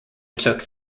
took